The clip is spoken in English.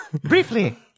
Briefly